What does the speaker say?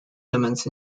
elements